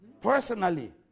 personally